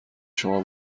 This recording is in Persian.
شما